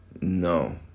No